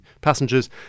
passengers